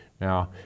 Now